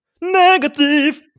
Negative